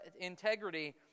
integrity